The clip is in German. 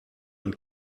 und